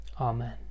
Amen